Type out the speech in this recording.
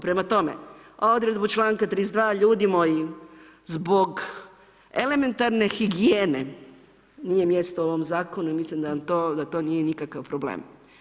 Prema tome, odredbu članka 32. ljudi moji zbog elementarne higijene nije mjesto u ovom zakonu i mislim da to nije nikakav problem.